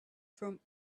front